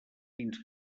fins